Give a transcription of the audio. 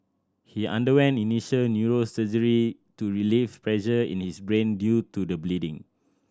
he underwent initial neurosurgery to relieve pressure in his brain due to the bleeding